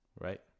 right